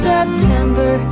September